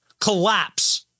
collapse